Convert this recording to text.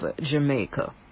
Jamaica